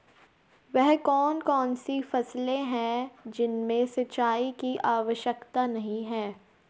वह कौन कौन सी फसलें हैं जिनमें सिंचाई की आवश्यकता नहीं है?